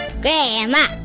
Grandma